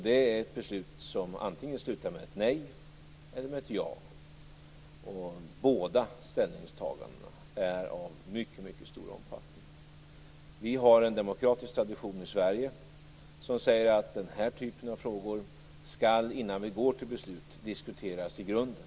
Det är ett beslut som kommer att sluta antingen i ett nej eller i ett ja. Båda ställningstagandena är av mycket stor omfattning. Vi har i Sverige en demokratisk tradition som säger att den här typen av frågor innan vi går till beslut skall diskuteras i grunden.